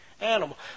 animal